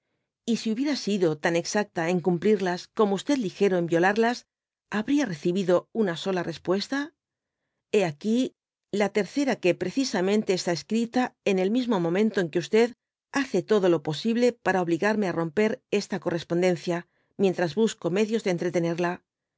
y si hubiera sido tan exacta en cypapurlas como ligero en violardby google las t habría recibido una sola respuesta hé aquí la tercera que precisamente está escrita en el mismo momento en que hace todo lo posible para obligarme á romper esta correspondencia midntras busco medios de entretenerla